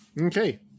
Okay